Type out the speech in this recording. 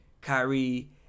Kyrie